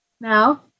now